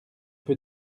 peu